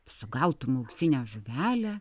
sugautum auksinę žuvelę